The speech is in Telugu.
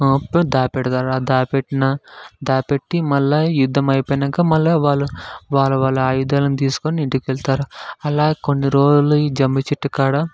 దాచిపెడతారు ఆ దాచిపెట్టి మళ్ళీ యుద్ధం అయిపోయినాకా వాళ్ళు వాళ్ళ వాళ్ళ ఆయుధాలను తీసుకుని ఇంటికి వెళ్తారు అలా కొన్నిరోజులు ఈ జమ్మిచెట్టు కాడ